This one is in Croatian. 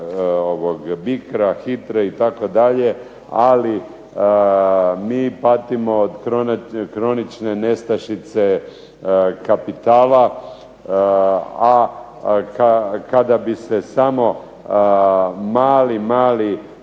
..., Hitra itd. ali mi patimo o kronične nestašice kapitala, a kada bi se samo mali